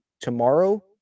tomorrow